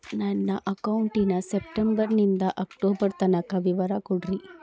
ನನ್ನ ಅಕೌಂಟಿನ ಸೆಪ್ಟೆಂಬರನಿಂದ ಅಕ್ಟೋಬರ್ ತನಕ ವಿವರ ಕೊಡ್ರಿ?